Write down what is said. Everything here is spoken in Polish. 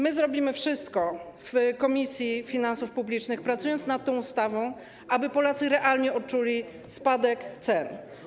My zrobimy wszystko w Komisji Finansów Publicznych, pracując nad tą ustawą, aby Polacy realnie odczuli spadek cen.